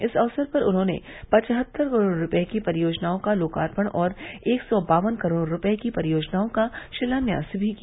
इस अवसर पर उन्होंने पवहत्तर करोड़ रूपये की परियोजनाओं का लोकार्पण और एक सौ बावन करोड़ रूपये की परियोजनाओं का शिलान्यास भी किया